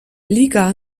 liga